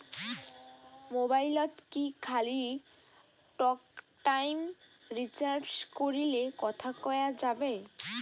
মোবাইলত কি খালি টকটাইম রিচার্জ করিলে কথা কয়া যাবে?